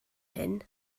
hyn